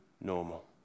normal